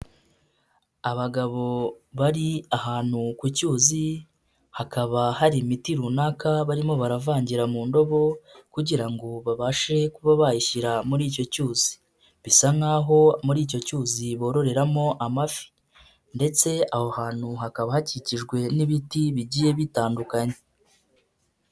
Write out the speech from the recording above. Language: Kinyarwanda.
Abagabo bari ahantu ku cyuzi hakaba hari imiti runaka barimo baravangira mu ndobo kugira ngo babashe kuba bayishyira muri icyo cyuzi, bisa nkaho muri icyo cyuzi bororeramo amafi ndetse aho hantu hakaba hakikijwe n'ibiti bigiye bitandukanye.